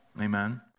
Amen